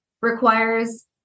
requires